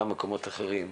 גם מקומות אחרים.